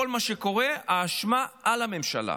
כל מה שקורה, האשמה על הממשלה.